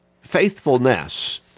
faithfulness